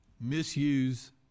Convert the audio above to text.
misuse